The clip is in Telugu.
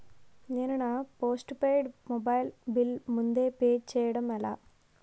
నేను నా పోస్టుపైడ్ మొబైల్ బిల్ ముందే పే చేయడం ఎలా?